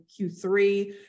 Q3